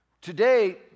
Today